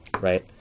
right